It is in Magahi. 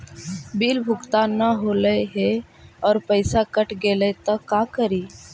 बिल भुगतान न हौले हे और पैसा कट गेलै त का करि?